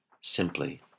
simply